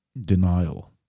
denial